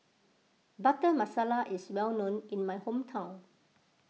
Butter Masala is well known in my hometown